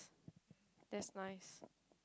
that's nice